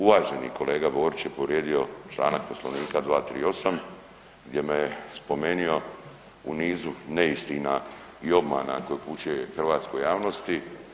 Uvažen kolega Borić je povrijedio članak Poslovnika 238. gdje me spomenio u nizu neistina i obmana koje upućuje hrvatskoj javnosti.